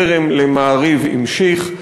הזרם ל"מעריב" המשיך,